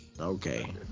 Okay